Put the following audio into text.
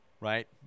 right